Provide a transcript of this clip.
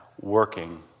working